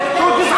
הוא גזען,